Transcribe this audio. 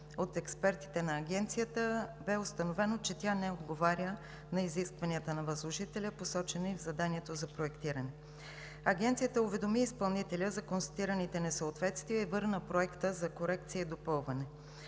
от експертите на Агенцията бе установено, че тя не отговаря на изискванията на възложителя, посочени в заданието за проектиране. Агенцията уведоми изпълнителя за констатираните несъответствия и върна проекта за корекция и допълване.